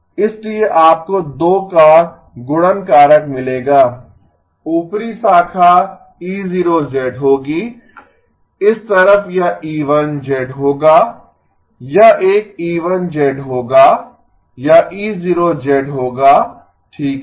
इसलिए आपको 2 का गुणन कारक मिलेगा ऊपरी शाखा E0 होगी इस तरफ यह E1 होगा यह एक E1 होगा यह E0 होगा ठीक है